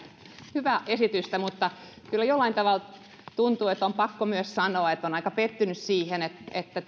hyvää esitystä niin kyllä jollain tavalla tuntuu että on pakko myös sanoa että olen aika pettynyt siihen että